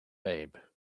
babe